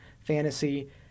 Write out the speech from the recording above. fantasy